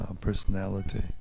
personality